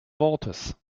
wortes